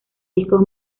discos